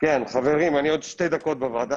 ימצאו פתרון אחר,